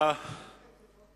שנתיים וחצי לא עשתה כלום.